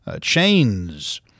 chains